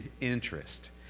interest